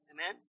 Amen